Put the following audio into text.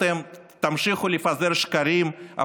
אתם תמשיכו לפזר שקרים,